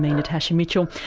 natasha mitchell,